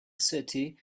city